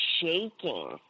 shaking